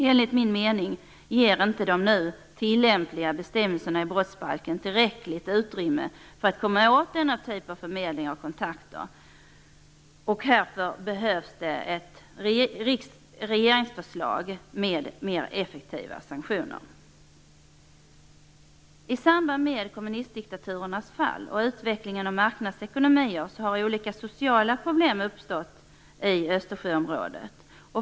Enligt min mening ger inte de nu tillämpliga bestämmelserna i brottsbalken tillräckligt utrymme för att komma åt denna typ av förmedling av kontakter. Härför behövs ett regeringsförslag med mer effektiva sanktioner. I samband med kommunistdiktaturernas fall och utvecklingen av marknadsekonomier har olika sociala problem uppstått i Östersjöområdet.